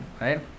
right